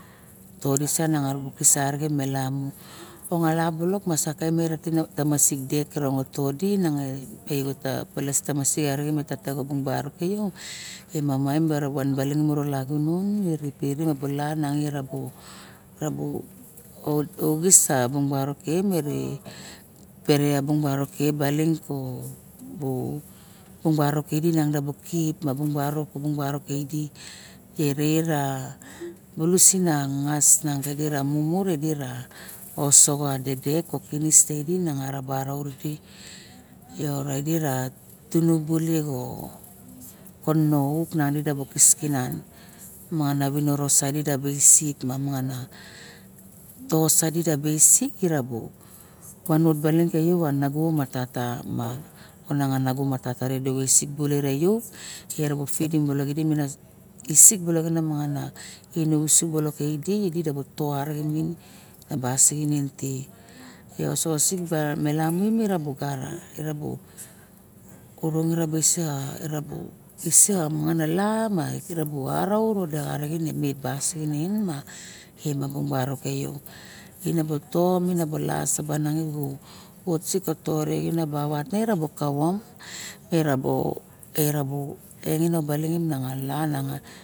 Todi sana era bu kis arixe me lamu monga la a sa balok a tamasik kaim sek kara todi menong. Ka palas tamasik rixen mara tata kabung barok ke yo ma maena balin oro lagunon miren baling auxis a bung barok ke me pere abong barok kidi me di bu kip nangas dira mumu mo osoxo a dedek mo seidy barok erady di mo tinubuly mo konolik nanadi mono kis buly mana viniro u uisik mana tosaxit da visik ira bu van ut baling a nago ma tata ma tata rubi xisik yu idu bu fidim balok e kisik balok mangana tina usuk bilok idi mo to arixen taba sixinen e, osoxosik ka melamu iraba orung i rabu sing ela kisik lama erabuaraut arixen imit bas ningin ma kaim ibung ma barok ke buto masaba vot suk a to e ba vot kavom erabo ninge nin abaling manangana